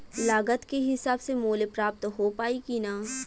लागत के हिसाब से मूल्य प्राप्त हो पायी की ना?